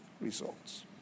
results